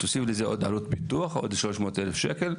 תוסיף לזה עלות פיתוח עוד 300,000 שקלים.